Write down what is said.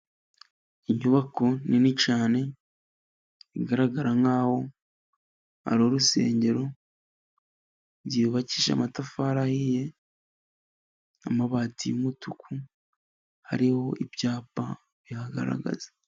Inyubako nini cyane, igaragara nkaho ari urusengero yubakishije amatafari ahiye, amabati y'umutuku, hariho ibyapa bihagaragaza.